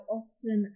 often